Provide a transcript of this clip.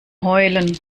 heulen